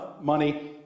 money